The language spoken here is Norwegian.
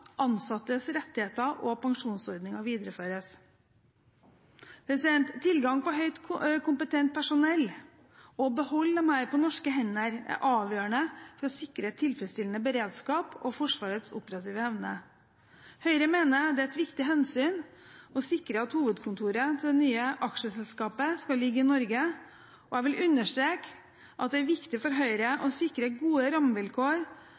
ansattes rettigheter og pensjonsordninger videreføres. Tilgang på høyt kompetent personell og å beholde dem på norske hender er avgjørende for å sikre tilfredsstillende beredskap og Forsvarets operative evne. Høyre mener det er et viktig hensyn å sikre at hovedkontoret til det nye aksjeselskapet skal ligge i Norge, og jeg vil understreke at det er viktig for Høyre å sikre gode rammevilkår,